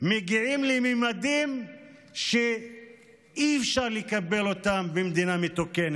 מגיעים לממדים שאי-אפשר לקבל במדינה מתוקנת,